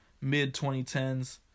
mid-2010s